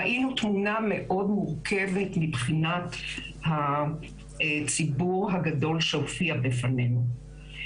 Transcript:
ראינו תמונה מאוד מורכבת מבחינת הציבור הגדול שהופיע בפנינו.